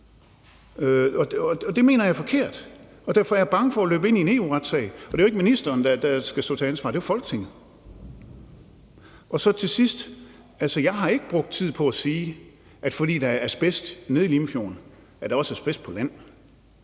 Så det mener jeg er forkert, og derfor er jeg bange for at løbe ind i en EU-retssag. Og det er jo ikke ministeren, der skal stå til ansvar, det er Folketinget. Til sidst vil jeg sige, at jeg ikke har brugt tid på at sige, at fordi der er asbest på bunden af Limfjorden, så er der også asbest på land;